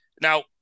Now